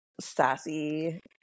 sassy